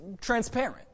transparent